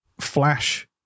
flash